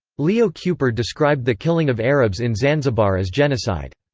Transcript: leo kuper described the killing of arabs in zanzibar as genocide.